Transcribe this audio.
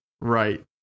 Right